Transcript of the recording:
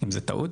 אם זו טעות?